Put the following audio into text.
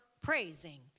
praising